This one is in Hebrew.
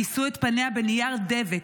כיסו את פניה בנייר דבק,